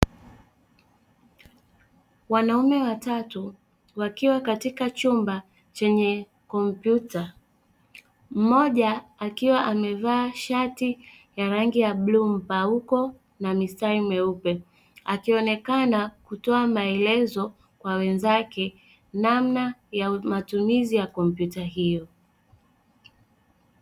Wanaume watatu wakiwa katika chumba chenye kompyuta, mmoja akiwa amevaa shati ya rangi ya bluu mpauko na mistari mieupe akionekana kutoa maelezo kwa wenzake namna ya matumizi ya kompyuta hiyo.